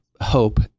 hope